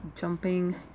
jumping